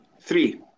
Three